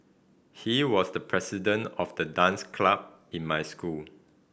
he was the president of the dance club in my school